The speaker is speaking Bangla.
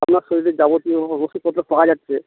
আপনার শরীরের যাবতীয় ওষুধপত্র পাওয়া যাচ্ছে